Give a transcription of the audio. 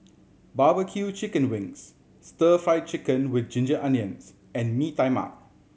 barbecue chicken wings Stir Fry Chicken with ginger onions and Mee Tai Mak